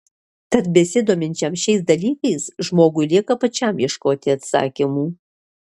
tad besidominčiam šiais dalykais žmogui lieka pačiam ieškoti atsakymų